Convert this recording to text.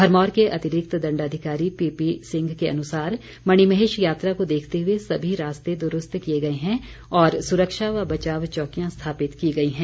भरमौर के अतिरिक्त दण्डाधिकारी पीपी सिंह के अनुसार मणिमहेश यात्रा को देखते हुए सभी रास्ते दुरूस्त किए गए हैं और सुरक्षा व बचाव चौकियां स्थापित की गई हैं